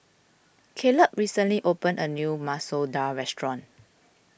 Caleb recently opened a new Masoor Dal restaurant